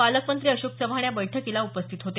पालकमंत्री अशोक चव्हाण या बैठकीला उपस्थित होते